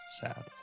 sad